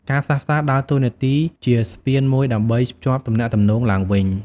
ការផ្សះផ្សាដើរតួនាទីជា ស្ពានមួយដើម្បីភ្ជាប់ទំនាក់ទំនង ឡើងវិញ។